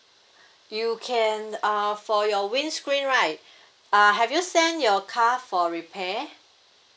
you can uh for your windscreen right uh have you send your car for repair